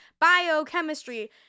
biochemistry